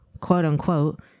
quote-unquote